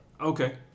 Okay